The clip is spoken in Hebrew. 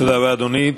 תודה רבה, אדוני.